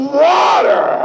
water